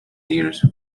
ears